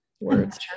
words